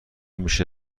میشه